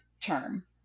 term